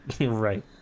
Right